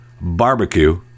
barbecue